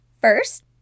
First